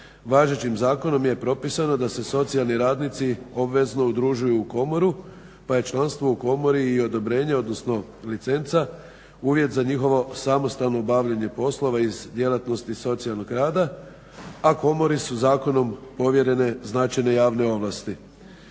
važećim zakonom je propisano da se socijalni radnici obvezno udružuju u komoru pa je članstvo u komori i odobrenje odnosno licenca uvjet za njihovo samostalno obavljanje poslova iz djelatnosti socijalnog rada, a komori su zakonom povjerene značajne javne ovlasti.